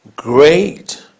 Great